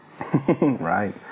Right